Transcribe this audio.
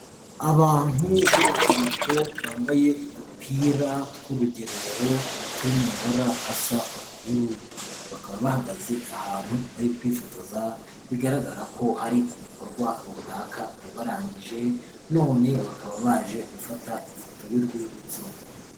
Abantu b'urubyiruko bambaye udupira tw'urugerero turi mu mabara asa ubururu. Bakaba bahagaze ahantu bari kwifotoza bigaragara ko hari igikorwa runaka bari barangije none bakaba baje gufata ifoto y'urwibutso.